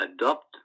adopt